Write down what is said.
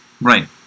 Right